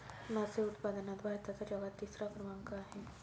मासे उत्पादनात भारताचा जगात तिसरा क्रमांक आहे